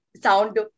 sound